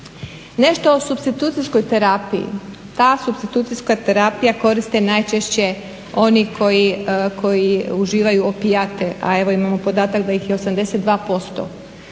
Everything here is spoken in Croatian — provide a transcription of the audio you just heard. Nešto o supstitucijskoj terapiji, ta supstitucijska terapija koristi najčešće oni koji uživaju opijate, a evo imamo i podatak da ih je 82%.